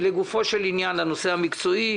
לגופו של עניין, לנושא המקצועי,